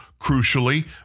crucially